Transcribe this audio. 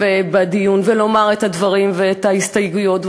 בדיון ולומר את הדברים ואת ההסתייגויות,